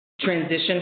transition